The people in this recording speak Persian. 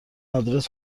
آدرس